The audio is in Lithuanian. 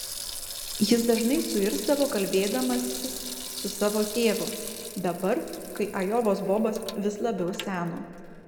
jis dažnai suirzdavo kalbėdamasis su savo tėvu dabar kai ajovos bobas vis labiau seno